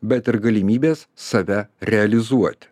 bet ir galimybės save realizuoti